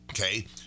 Okay